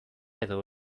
edo